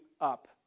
up